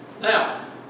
Now